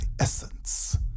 essence